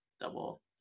double